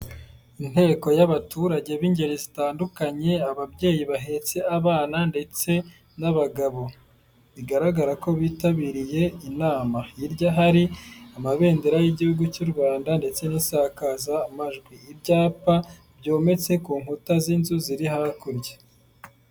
Inteko y'abaturage b'ingeri zitandukanye, ababyeyi bahetse abana ndetse n'abagabo, bigaragara ko bitabiriye inama, hirya hari amabendera y'igihugu cy'u Rwanda ndetse n'isakazamajwi, ibyapa byometse ku nkuta z'inzu ziri hakurya.